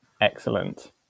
Excellent